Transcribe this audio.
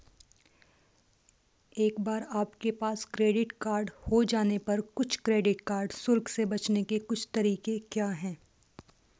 एक बार आपके पास क्रेडिट कार्ड हो जाने पर कुछ क्रेडिट कार्ड शुल्क से बचने के कुछ तरीके क्या हैं?